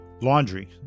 laundry